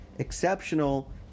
exceptional